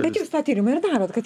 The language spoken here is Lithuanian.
bet jūs tą tyrimą ir darot kad